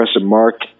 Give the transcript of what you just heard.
Mark